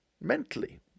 mentally